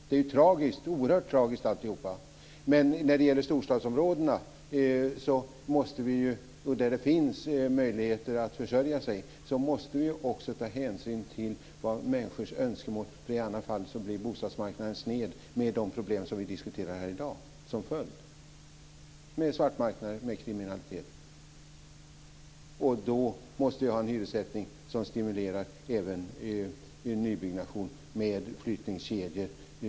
Det är oerhört tragiskt alltihop, men när det gäller storstadsområdena, där det finns möjligheter att försörja sig, måste vi också ta hänsyn till människors önskemål. I annat fall blir bostadsmarknaden sned med de problem som vi diskuterar här i dag som följd; svartmarknad och kriminalitet. Då måste vi ha en hyressättning som stimulerar en nybyggnation med flyttningskedjor.